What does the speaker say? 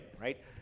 right